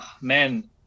man